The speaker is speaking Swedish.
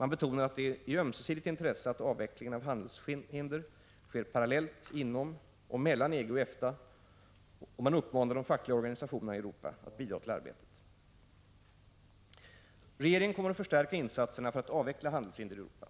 Man betonar att det är ett ömsesidigt intresse att avvecklingen av handelshinder sker parallellt inom och mellan EG och EFTA, och man uppmanar de fackliga organisationerna i Europa att bidra till arbetet. Regeringen kommer att förstärka insatserna för att avveckla handelshinder i Europa.